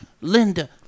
Linda